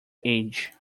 age